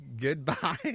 goodbye